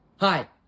Hi